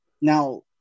Now